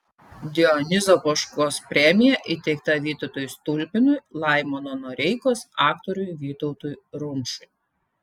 dionizo poškos premija įteikta vytautui stulpinui laimono noreikos aktoriui vytautui rumšui